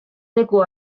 tegu